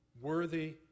worthy